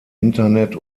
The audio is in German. internet